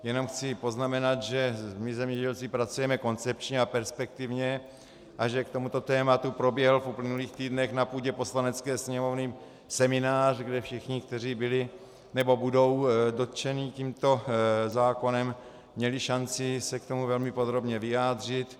Jenom chci poznamenat, že my zemědělci pracujeme koncepčně a perspektivně a že k tomuto tématu proběhl v uplynulých týdnech na půdě Poslanecké sněmovny seminář, kde všichni, kteří byli nebo budou dotčeni tímto zákonem, měli šanci se k tomu velmi podrobně vyjádřit.